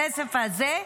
הכסף הזה,